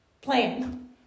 plan